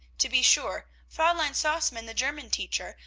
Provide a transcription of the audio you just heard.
to be sure, fraulein sausmann, the german teacher,